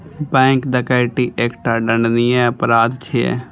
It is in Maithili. बैंक डकैती एकटा दंडनीय अपराध छियै